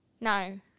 no